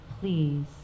please